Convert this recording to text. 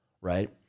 right